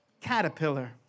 caterpillar